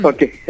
Okay